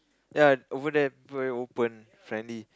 ya over there people very open friendly